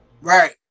right